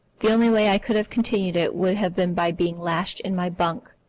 the only way i could have continued it would have been by being lashed in my bunk,